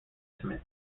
estimate